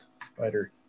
spider